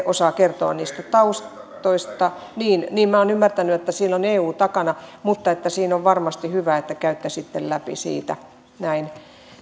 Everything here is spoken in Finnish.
osaavat kertoa niistä taustoista niin niin minä olen ymmärtänyt että siellä on eu takana mutta on varmasti hyvä että käytte sitten läpi siitä